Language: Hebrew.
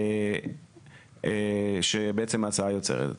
שההצעה יוצרת.